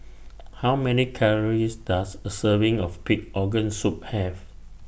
How Many Calories Does A Serving of Pig Organ Soup Have